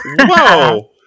Whoa